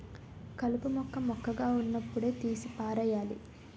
కలుపు మొక్క మొక్కగా వున్నప్పుడే తీసి పారెయ్యాలి